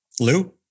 Lou